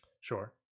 Sure